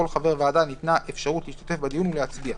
חבר ועדה ניתנה אפשרות להשתתף בדיון ולהצביע,